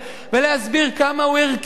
ולהסביר כמה הוא ערכי,